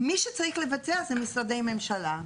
מי שצריך לבצע זה משרדי ממשלה.